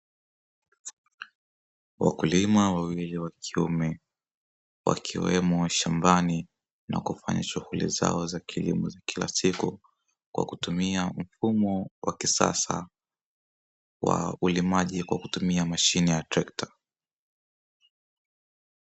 Wakulima wawili wa kiume, wakiwemo shambani na kufanya shughuli zao za kilimo za kila siku kwa kutumia mfumo wa kisasa wa ulimaji kwa kutumia mashine ya trekta.